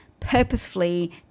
purposefully